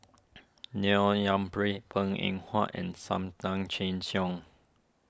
Neil Yumphreys Png Eng Huat and Sam Tan Chin Siong